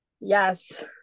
Yes